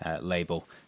label